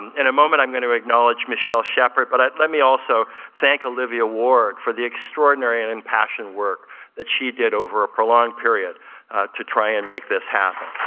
in a moment i'm going to acknowledge michelle shephard but let me also thank olivia ward for the extraordinary and impassioned work that she did over a prolonged period to try and make this happen.